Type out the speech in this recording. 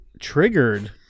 triggered